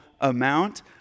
amount